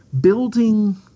building